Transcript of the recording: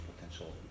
potential